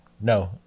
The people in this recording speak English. No